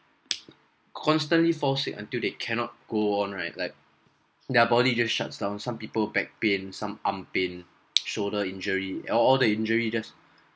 constantly fall sick until they cannot go on right like their body just shuts down some people back pain some arm pain shoulder injury all all the injury just